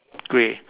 grey